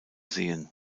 sehen